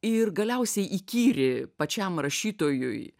ir galiausiai įkyri pačiam rašytojui